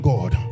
God